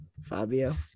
Fabio